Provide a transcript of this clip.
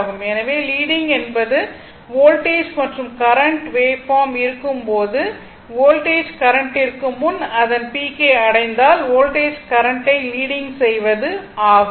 எனவே லீடிங் என்பது வோல்டேஜ் மற்றும் கரண்ட் வேவ்பார்ம் இருக்கும் போது வோல்டேஜ் கரண்ட்டிற்கு முன் அதன் பீக்கை அடைந்தால் வோல்டேஜ் கரண்ட்டை லீடிங் செய்வது ஆகும்